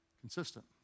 consistent